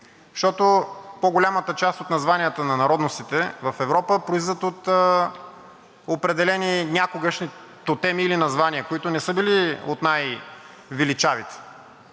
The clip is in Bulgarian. Защото по-голямата част от названията на народностите в Европа произлизат от определени някогашни тотеми или названия, които не са били от най-величавите.